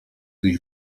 tych